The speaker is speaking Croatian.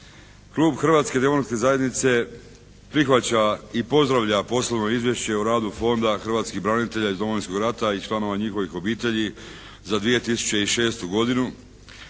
glasovanje slijedeći zaključak. Prihvaća se poslovno izvješće o radu Fonda hrvatskih branitelja iz Domovinskog rata i članova njihovih obitelji za 2006. godinu.